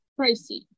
pricey